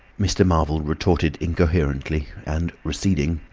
mr. marvel retorted incoherently and, receding,